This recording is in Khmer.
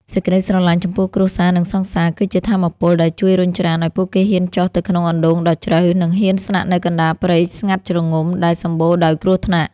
សេចក្តីស្រឡាញ់ចំពោះគ្រួសារ និងសង្សារ គឺជាថាមពលដែលជួយរុញច្រានឱ្យពួកគេហ៊ានចុះទៅក្នុងអណ្ដូងដ៏ជ្រៅ និងហ៊ានស្នាក់នៅកណ្ដាលព្រៃស្ងាត់ជ្រងំដែលសម្បូរដោយគ្រោះថ្នាក់។